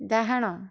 ଡାହାଣ